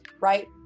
right